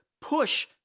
push